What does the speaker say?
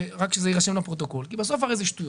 כי בסוף הרי זה שטויות.